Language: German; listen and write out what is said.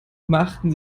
machten